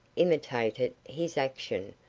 imitated his action,